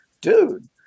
dude